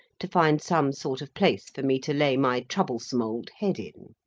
to find some sort of place for me to lay my troublesome old head in.